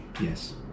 yes